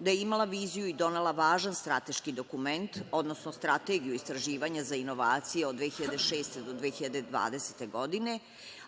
gde je imala viziju, donela važan strateški dokument, odnosno Strategiju istraživanja za inovacije od 2006. do 2020. godine,